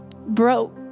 broke